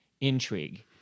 intrigue